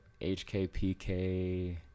HKPK